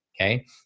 okay